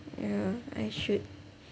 ya I should